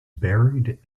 buried